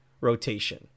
rotation